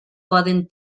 poden